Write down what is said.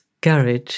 garage